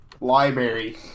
library